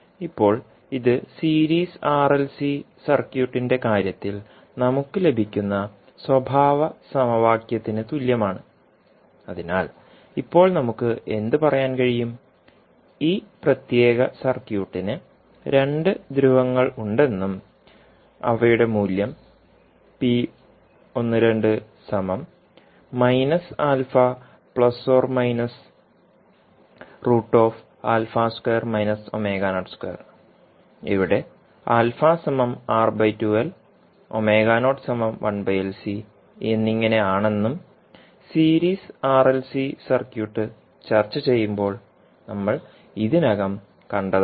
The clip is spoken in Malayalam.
ഇപ്പോൾ ഇത് സീരീസ് ആർഎൽസി സർക്യൂട്ടിന്റെ കാര്യത്തിൽ നമുക്ക് ലഭിക്കുന്ന സ്വഭാവ സമവാക്യത്തിന് തുല്യമാണ് അതിനാൽ ഇപ്പോൾ നമുക്ക് എന്ത് പറയാൻ കഴിയും ഈ പ്രത്യേക സർക്യൂട്ടിന് രണ്ട് ധ്രുവങ്ങളുണ്ടെന്നും അവയുടെ മൂല്യം ഇവിടെ എന്നിങ്ങനെയാണെന്നും സീരീസ് ആർഎൽസി സർക്യൂട്ട് ചർച്ച ചെയ്യുമ്പോൾ നമ്മൾ ഇതിനകം കണ്ടതാണ്